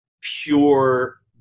pure